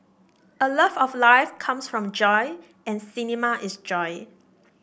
a love of life comes from joy and cinema is joy